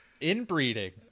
Inbreeding